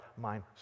mind